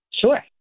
Sure